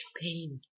pain